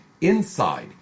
INSIDE